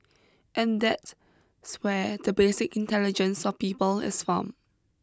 and that's where the basic intelligence of people is formed